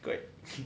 correct